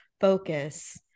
focus